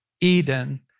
Eden